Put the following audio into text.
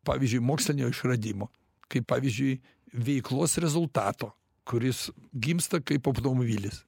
pavyzdžiui mokslinio išradimo kaip pavyzdžiui veiklos rezultato kuris gimsta kaip automobilis